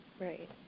Right